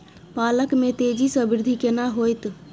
पालक में तेजी स वृद्धि केना होयत?